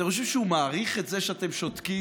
אתם חושבים שהוא מעריך את זה שאתם שותקים?